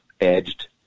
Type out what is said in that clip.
edged